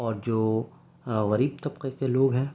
اور جو غریب طبقے کے لوگ ہیں